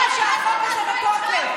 את דוגמה, ארבע שנים שהחוק הזה בתוקף.